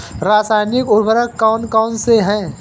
रासायनिक उर्वरक कौन कौनसे हैं?